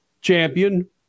champion